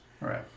Right